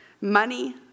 Money